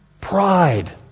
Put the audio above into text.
Pride